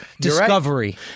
discovery